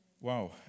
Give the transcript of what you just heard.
Wow